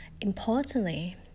importantly